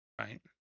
right